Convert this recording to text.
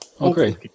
Okay